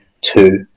two